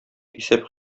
исәп